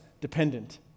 dependent